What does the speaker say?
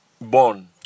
born